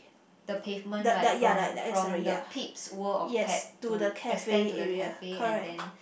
the pavement right from from the Pete's World of Pet to extend to the cafe and then